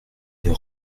des